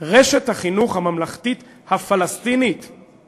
ברשת החינוך הממלכתית הפלסטינית, לפי